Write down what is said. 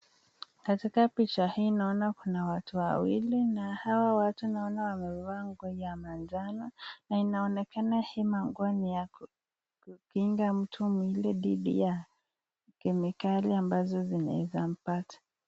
Katika picha hii naona kuna watu wawili na hawa watu naona wamevaa nguo ya manjano na inaonekana hii manguo ni ya kukinga mtu dhidi ya kemikali ambazo zinaweza mpata.